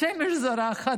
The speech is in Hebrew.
השמש זורחת,